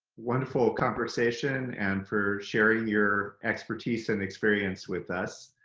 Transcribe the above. wonderful conversation and for sharing your expertise so and experience with us.